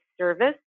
service